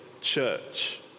church